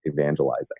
evangelizing